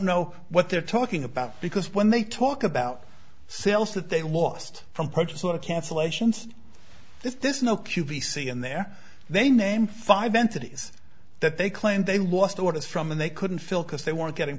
know what they're talking about because when they talk about sales that they lost from purchaser cancellations this is no q b c and there they name five entities that they claim they lost orders from and they couldn't fill because they weren't getting